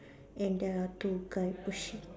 and there are two guy pushing